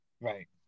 Right